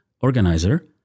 organizer